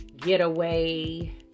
getaway